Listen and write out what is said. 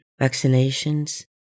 vaccinations